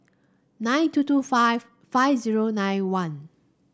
nine two two five five zero nine one